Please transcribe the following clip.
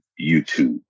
YouTube